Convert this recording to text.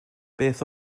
beth